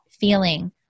feeling